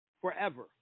forever